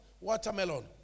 watermelon